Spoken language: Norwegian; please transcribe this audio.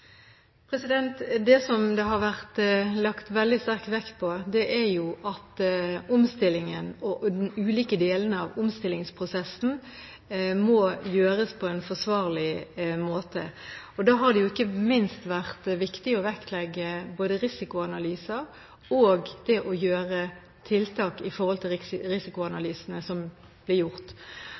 Det som det har vært lagt veldig sterk vekt på, er at omstillingen og de ulike delene av omstillingsprosessen må gjøres på en forsvarlig måte. Da har det ikke minst vært viktig å vektlegge både risikoanalyser og det å gjøre tiltak i forhold til risikoanalysene som ble gjort.